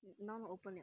now not open liao